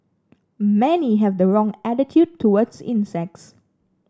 many have the wrong attitude towards insects